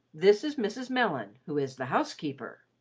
this is mrs. mellon, who is the housekeeper.